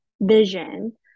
vision